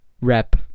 rep